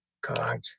God